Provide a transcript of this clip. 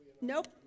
Nope